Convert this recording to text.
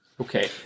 Okay